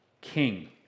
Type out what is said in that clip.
king